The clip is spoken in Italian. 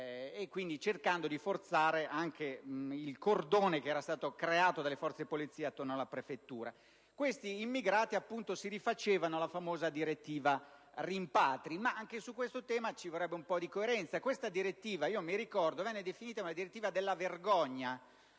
tumulti, cercando di forzare anche il cordone che era stato creato dalle forze di polizia attorno alla prefettura. Questi immigrati si rifacevano alla famosa direttiva rimpatri, ma anche su questo tema ci vorrebbe un po' di coerenza. Quest'ultima - mi ricordo - venne definita una direttiva della vergogna